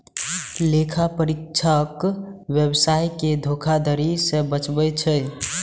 लेखा परीक्षक व्यवसाय कें धोखाधड़ी सं बचबै छै